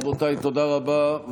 רבותיי, תודה רבה.